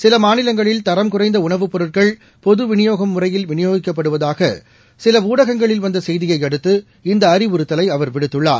சில மாநிலங்களில் தரம் குறைந்த உணவுப்பொருட்கள் பொது வினியோகம் முறையில் விநியோகிக்கப்படுவதாக சில ஊடகங்களில் வந்த செய்தியை அடுத்து இந்த அறிவுறத்தலை அவா விடுத்துள்ளார்